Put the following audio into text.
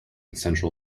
central